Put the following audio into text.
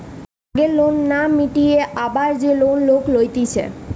আগের লোন না মিটিয়ে আবার যে লোন লোক লইতেছে